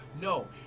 no